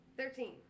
Thirteen